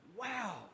wow